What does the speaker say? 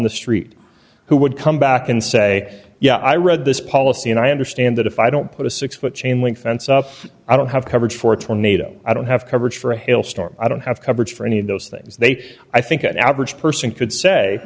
the street who would come back and say yeah i read this policy and i understand that if i don't put a six foot chain link fence up i don't have coverage for a tornado i don't have coverage for a hail storm i don't have coverage for any of those things they i think an average person could say